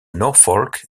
norfolk